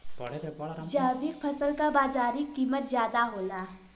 जैविक फसल क बाजारी कीमत ज्यादा होला